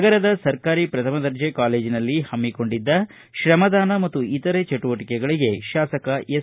ನಗರದ ಸರ್ಕಾರಿ ಪ್ರಥಮ ದರ್ಜೆ ಕಾಲೇಜಿನಲ್ಲಿ ಹಮ್ಮಿಕೊಂಡಿದ್ದ ಶ್ರಮದಾನ ಮತ್ತು ಇತರೆ ಚಟುವಟಿಕೆಗಳಿಗೆ ಶಾಸಕ ಎಸ್